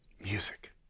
music